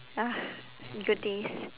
ah good days